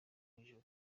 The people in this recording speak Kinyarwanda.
bujura